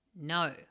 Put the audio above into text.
No